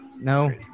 No